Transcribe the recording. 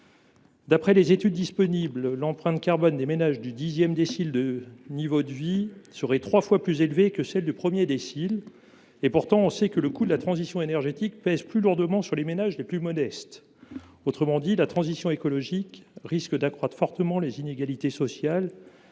D’après les études disponibles, l’empreinte carbone des ménages du 10 décile de niveau de vie […] serait trois fois plus élevée que celle du 1 décile […]» Pourtant, on sait aussi que le coût de la transition énergétique pèse plus lourdement sur les ménages le plus modestes. Autrement dit, la transition écologique risque d’accroître fortement les inégalités sociales,